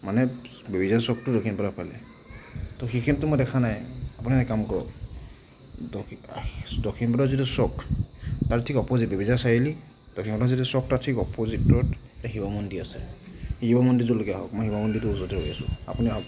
মানে বেবেজীয়া চ'কটোৰ দক্ষিণ পাৰৰ ফালে তো সেইখিনিততো মই দেখা নাই আপুনি এটা কাম কৰক দক্ষিণফালৰ যিটো চ'ক তাৰ ঠিক অপজিট বেবেজীয়া চাৰিআলিৰ দক্ষিণফালৰ যিটো চ'ক তাৰ ঠিক অপজিটত এটা শিৱ মন্দিৰ আছে শিৱ মন্দিৰটোলৈকে আহক মই মন্দিৰটোৰ ওচৰতে ৰৈ আছোঁ আপুনি আহক